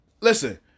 listen